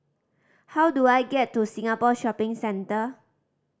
how do I get to Singapore Shopping Centre